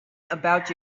about